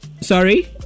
Sorry